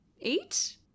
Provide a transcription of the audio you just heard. eight